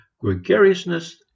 gregariousness